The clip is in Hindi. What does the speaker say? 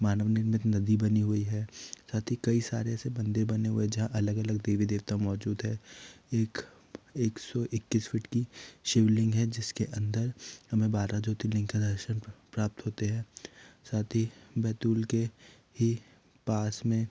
मानव निर्मित नदी बनी हुई है साथ ही कई सारे ऐसे मंदिर बने हुए हैं जहाँ अलग अलग देवी देवता मौजूद है एक एक सौ इक्कीस फिट की शिवलिंग है जिसके अंदर हमें बारह ज्योतिर्लिंग का दर्शन प्राप्त होते हैं साथ ही बैतूल के ही पास में